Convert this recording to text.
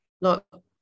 look